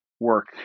work